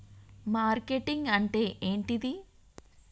Marketing అంటే ఏంటిది?